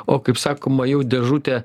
o kaip sakoma jau dėžutė